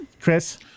Chris